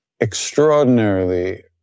extraordinarily